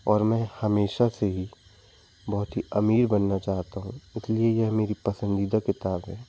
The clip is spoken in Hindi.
और मैं हमेशा से ही बहुत ही अमीर बनना चाहता हूँ इसलिए यह मेरी पसंदीदा किताब है